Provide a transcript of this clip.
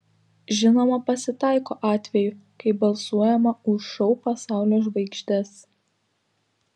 žinoma pasitaiko atvejų kai balsuojama už šou pasaulio žvaigždes